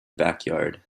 backyard